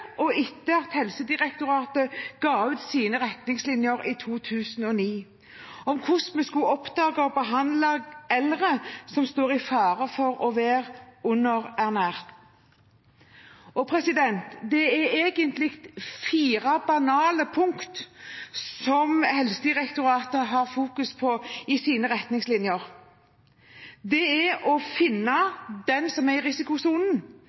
og etter at Helsedirektoratet ga ut sine retningslinjer i 2009 om hvordan vi skulle oppdage og behandle eldre som står i fare for å være underernært. Det er egentlige fire banale punkt Helsedirektoratet fokuserer på i sine retningslinjer. Det er å finne ut hvem som er i risikosonen,